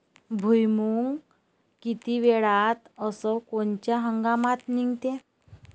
भुईमुंग किती वेळात अस कोनच्या हंगामात निगते?